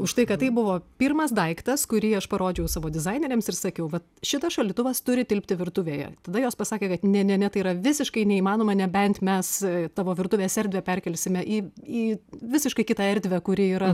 už tai kad tai buvo pirmas daiktas kurį aš parodžiau savo dizaineriams ir sakiau vat šitas šaldytuvas turi tilpti virtuvėje tada jos pasakė kad ne ne ne tai yra visiškai neįmanoma nebent mes tavo virtuvės erdvę perkelsime į į visiškai kitą erdvę kuri yra